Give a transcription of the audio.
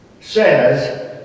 says